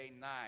night